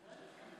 שלוש דקות